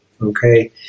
okay